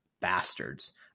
bastards